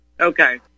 Okay